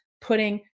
putting